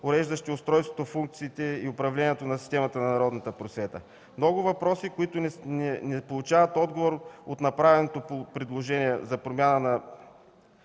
уреждащи устройството, функциите и управлението на системата на народната просвета. Това са много въпроси, които не получават отговор от направеното предложение за изменение